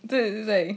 对对对